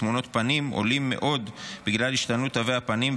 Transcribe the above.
תמונות פנים עולים מאוד בגלל השתנות תווי הפנים,